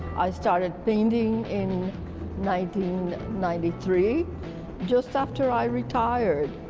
i started painting in ninety in ninety three just after i retired.